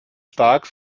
stark